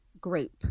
group